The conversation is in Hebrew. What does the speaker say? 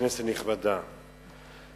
כנסת נכבדה,